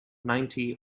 ninety